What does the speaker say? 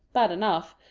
bad enough,